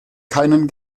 keinen